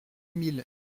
mille